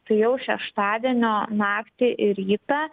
tai jau šeštadienio naktį ir rytą